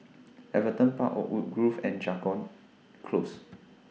Everton Park Oakwood Grove and Jago Close